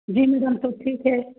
जी madam तो ठीक है